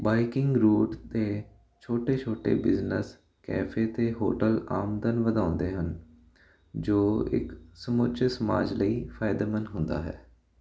biking route 'ਤੇ ਛੋਟੇ ਛੋਟੇ ਬਿਜ਼ਨਸ ਕੈਫੇ ਅਤੇ ਹੋਟਲ ਆਮਦਨ ਵਧਾਉਂਦੇ ਹਨ ਜੋ ਇਕ ਸਮੁੱਚੇ ਸਮਾਜ ਲਈ ਫਾਇਦੇਮੰਦ ਹੁੰਦਾ ਹੈ